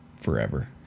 forever